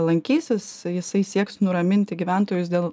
lankysis jisai sieks nuraminti gyventojus dėl